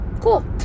cool